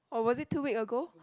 or was it two week ago